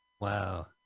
Wow